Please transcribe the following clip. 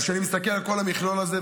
אז כשאני מסתכל על כל המכלול הזה,